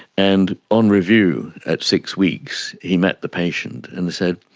and on review at six weeks he met the patient and said,